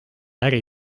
äri